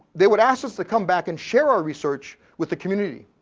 they will asked us to come back and share our research with the community,